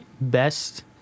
best